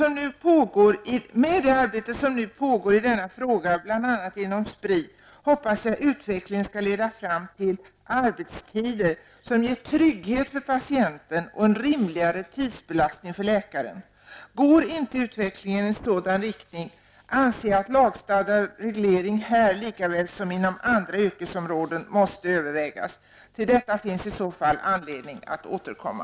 Med det arbete som nu pågår i denna fråga, bl.a. inom Spri, hoppas jag utvecklingen skall leda fram till arbetstider som ger trygghet för patienten och en rimligare tidsbelastning för läkaren. Går inte utvecklingen i sådan riktning, anser jag att lagstadgad reglering här lika väl som inom andra yrkesområden måste övervägas. Till detta finns i så fall anledning att återkomma.